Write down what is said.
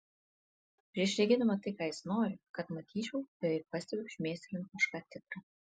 prieš regėdama tai ką jis nori kad matyčiau beveik pastebiu šmėstelint kažką tikra